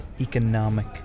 economic